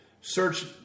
search